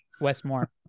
Westmore